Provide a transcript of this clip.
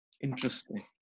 Interesting